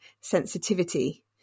sensitivity